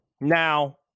now